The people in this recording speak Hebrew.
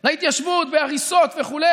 בהתיישבות, בהריסות וכו'.